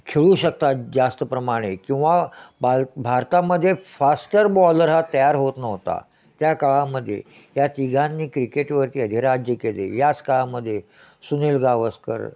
खेळू शकतात जास्त प्रमाणे किंवा बाल भारतामध्ये फास्टर बॉलर हा तयार होत नव्हता त्या काळामध्ये या तिघांनी क्रिकेटवरती अधिराज्य केले याच काळामदे सुनील गावस्कर